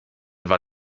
war